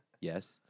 Yes